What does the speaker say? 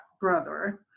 brother